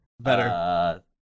Better